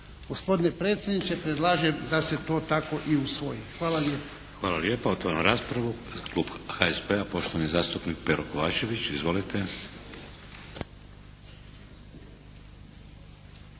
Gospodine predsjedniče, predlažem da se to tako i usvoji. Hvala lijepo. **Šeks, Vladimir (HDZ)** Hvala lijepo. Otvaram raspravu. Za klub HSP-a, poštovani zastupnik Pero Kovačević. Izvolite.